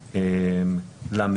אני מדבר על השלב הראשון,